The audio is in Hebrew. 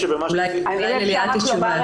אולי לליאת יש תשובה.